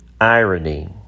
irony